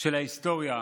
של ההיסטוריה,